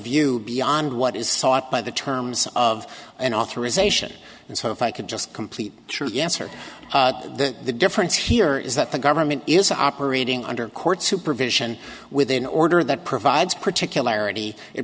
view beyond what is sought by the terms of an authorization and so if i could just complete yes or the difference here is that the government is operating under court supervision within order that provides particular